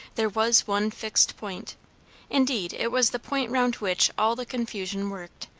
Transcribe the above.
there was one fixed point indeed, it was the point round which all the confusion worked,